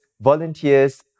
volunteers